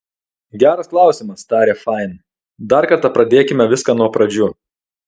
geras klausimas tarė fain dar kartą pradėkime viską nuo pradžių